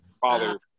father